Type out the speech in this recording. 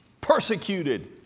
persecuted